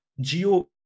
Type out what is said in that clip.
Geo